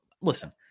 Listen